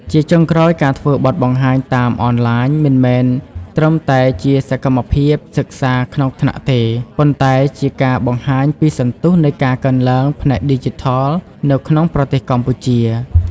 ជាចុងក្រោយ ការធ្វើបទបង្ហាញតាមអនឡាញមិនមែនត្រឹមតែជាសកម្មភាពសិក្សាក្នុងថ្នាក់ទេ ប៉ុន្តែជាការបង្ហាញពីសន្ទុះនៃការកើនឡើងផ្នែកឌីជីថលនៅក្នុងប្រទេសកម្ពុជា។